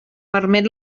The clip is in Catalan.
permet